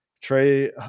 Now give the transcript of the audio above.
Trey